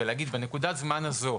ולהגיד: בנקודת הזמן הזו,